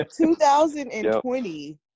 2020